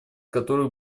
которых